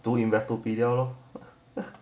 读你 investopedia lor